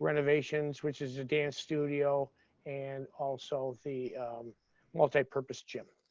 renovations, which is a dance studio and also the multipurpose gym.